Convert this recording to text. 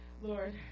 Lord